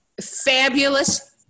fabulous